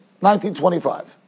1925